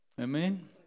Amen